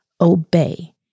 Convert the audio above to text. obey